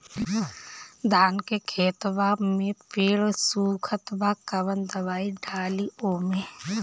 धान के खेतवा मे पेड़ सुखत बा कवन दवाई डाली ओमे?